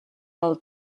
del